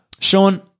Sean